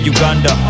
Uganda